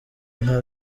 nka